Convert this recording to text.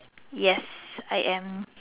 yes I am